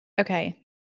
Okay